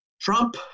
Trump